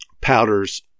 powders